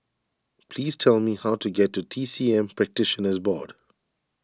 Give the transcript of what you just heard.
please tell me how to get to T C M Practitioners Board